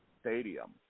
stadium